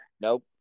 Nope